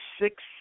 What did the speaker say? six